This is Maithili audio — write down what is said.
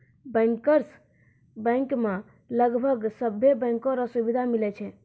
बैंकर्स बैंक मे लगभग सभे बैंको रो सुविधा मिलै छै